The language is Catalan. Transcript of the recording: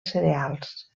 cereals